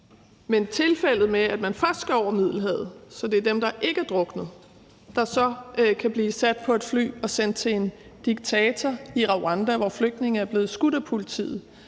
Men det med, at de først skal over Middelhavet, så det er dem, der ikke er druknet, der kan blive sat på et fly og sendt ned til en diktator i Rwanda, hvor flygtninge er blevet skudt af politiet,